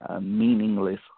meaningless